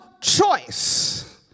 choice